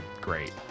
great